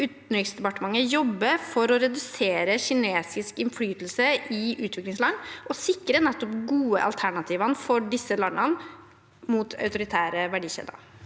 Utenriksdepartementet for å redusere kinesisk innflytelse i utviklingsland og sikre de gode alternativene for disse landene mot autoritære verdikjeder?